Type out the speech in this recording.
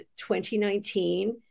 2019